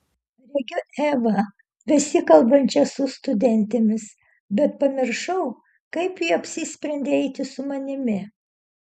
regiu evą besikalbančią su studentėmis bet pamiršau kaip ji apsisprendė eiti su manimi